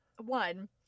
One